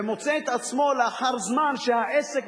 ומוצא את עצמו לאחר זמן שהעסק,